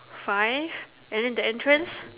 five and then the entrance